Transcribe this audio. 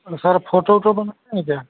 अरे sir photo ओटो बनाए हैं क्या